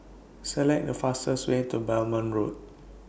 Select The fastest Way to Road